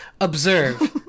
Observe